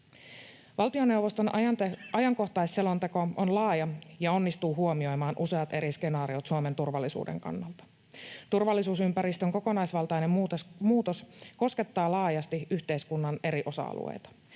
Valtioneuvoston ajankohtaisselonteko on laaja ja onnistuu huomioimaan useat eri skenaariot Suomen turvallisuuden kannalta. Turvallisuusympäristön kokonaisvaltainen muutos koskettaa laajasti yhteiskunnan eri osa-alueita.